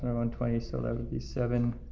um and twenty. so that would be seven,